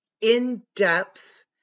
in-depth